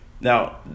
Now